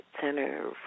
Center